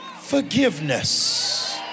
forgiveness